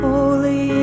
Holy